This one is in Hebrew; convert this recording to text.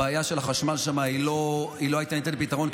הבעיה של החשמל שם לא הייתה ניתנת לפתרון,